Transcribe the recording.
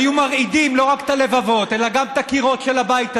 היו מרעידים לא רק את הלבבות אלא גם את הקירות של הבית הזה.